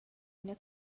ina